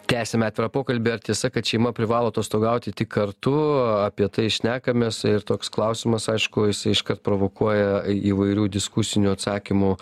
tęsiame atvirą pokalbį ar tiesa kad šeima privalo atostogauti tik kartu apie tai šnekamės ir toks klausimas aišku jisai iškart provokuoja įvairių diskusinių atsakymų